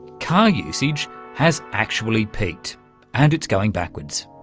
car usage has actually peaked and it's going backwards.